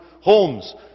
homes